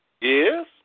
Yes